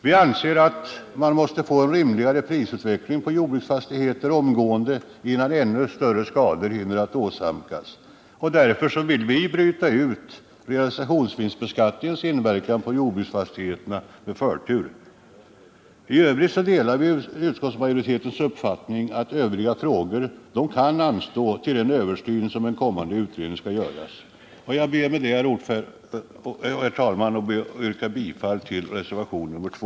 Vi anser att man måste få en rimligare prisutveckling på jordbruksfastigheter omgående innan ännu större skador hinner åsamkas. Därför vill vi bryta ut frågan om realisationsvinstbeskattningens inverkan på jordbruksfastigheterna och behandla denna med förtur. I övrigt delar vi utskottsmajoritetens uppfattning att övriga frågor kan anstå till den översyn som en kommande utredning skall göra. Jag ber med dessa ord, herr talman, att få yrka bifall till reservationen 2